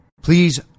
Please